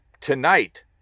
tonight